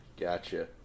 Gotcha